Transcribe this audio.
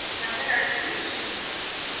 now there are two shoes in the room.